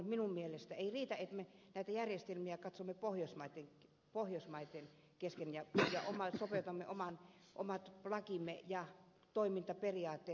ankkurilapsiongelman ratkaisuksi ei riitä että me katsomme näitä järjestelmiä pohjoismaitten kesken ja sopeutamme omat lakimme ja toimintaperiaatteemme pohjoismaisiin